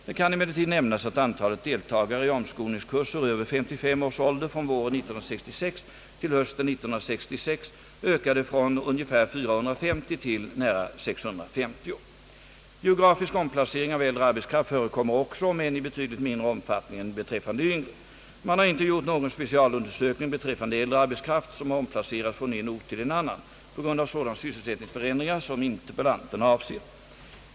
Det kan emellertid nämnas att antalet deltagare i omskolningskurser över 55 års ålder från våren 1966 till hösten 1966 ökade från ungefär 450 till nära 650. Geografisk omplacering av äldre arbetskraft förekommer också om än i betydligt mindre omfattning än beträffande yngre. Man har inte gjort någon specialundersökning beträffande äldre arbetskraft som har omplacerats från en ort till en annan på grund av sådana sysselsättningsförändringar som interpellanten avser.